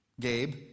Gabe